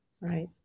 Right